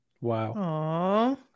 wow